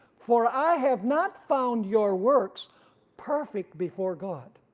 for i have not found your works perfect before god.